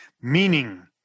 Meaning